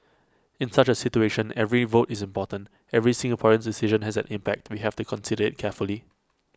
in such A situation every vote is important every Singaporean's decision has an impact we have to consider IT carefully